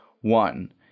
One